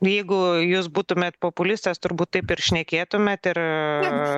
jeigu jūs būtumėt populistas turbūt taip ir šnekėtumėt ir